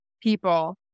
people